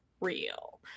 real